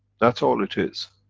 that's all it is.